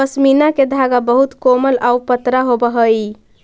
पशमीना के धागा बहुत कोमल आउ पतरा होवऽ हइ